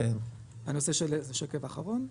הנושא של השקף האחרון,